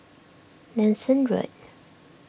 Nanson Road